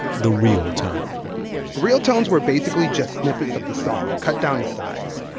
the real tone real tones were basically just snippets of the song cut down to size,